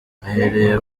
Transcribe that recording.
ahereye